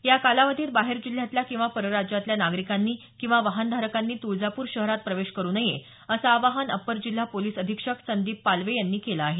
या कालावधीत बाहेर जिल्ह्यातल्या किंवा परराज्यातल्या नागरिकांनी किंवा वाहनधारकांनी तुळजापूर शहरात प्रवेश करु नये असं आवाहन अप्पर जिल्हा पोलीस अधीक्षक संदीप पालवे यांनी केलं आहे